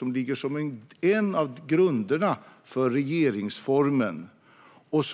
Den ligger som en av grunderna för regeringsformen och